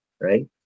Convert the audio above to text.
right